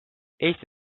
eesti